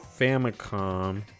Famicom